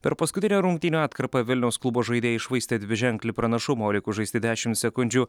per paskutinę rungtynių atkarpą vilniaus klubo žaidėjai iššvaistė dviženklį pranašumo likus žaisti dešimt sekundžių